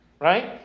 right